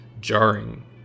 jarring